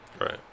Right